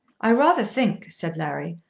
i rather think, said larry,